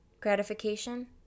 gratification